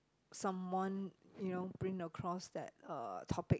someone you know bring across that uh topic